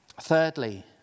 thirdly